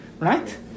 Right